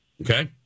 Okay